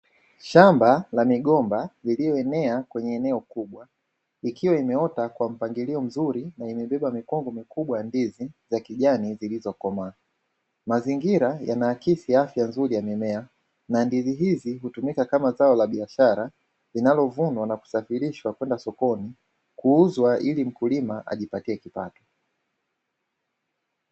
Shamba la migomba lililoenea kwenye eneo kubwa, ikiwa imeota kwa mpangilio mzuri na imebeba mikungu mikubwa ya ndizi za kijani zilizokomaa. Mazingira yanaakisi afya nzuri ya mimea, na ndizi hizi hutumika kama zao la biashara linalovunwa, na kusafirishwa kwenda sokoni kuuzwa, ili mkulima ajipatie kipato.